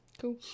Cool